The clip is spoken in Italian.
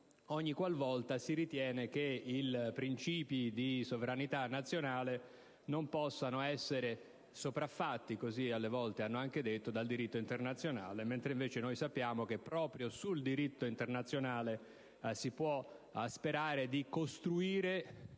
ogniqualvolta si ritiene che i principi di sovranità nazionale non possano essere sopraffatti - così alle volte hanno anche detto - dal diritto internazionale (mentre invece noi sappiamo che proprio sul diritto internazionale si può sperare di costruire